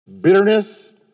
Bitterness